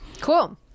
cool